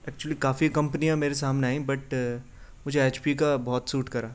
actually کافی کمپنیاں میرے سامنے آئیں بٹ مجھے ایچ پی کا بہت سوٹ کرا